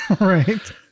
Right